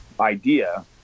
idea